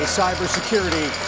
cybersecurity